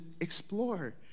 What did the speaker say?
explore